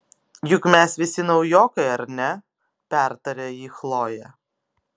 juk mes visi naujokai ar ne pertarė jį chlojė